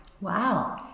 wow